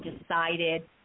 decided